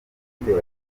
igitero